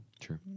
True